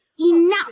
enough